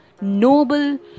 noble